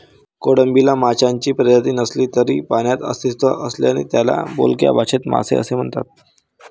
कोळंबीला माशांची प्रजाती नसली तरी पाण्यात अस्तित्व असल्याने त्याला बोलक्या भाषेत मासे असे म्हणतात